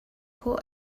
khawh